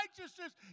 righteousness